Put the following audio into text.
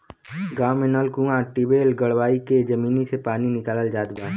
गांव में नल, कूंआ, टिबेल गड़वाई के जमीनी से पानी निकालल जात बा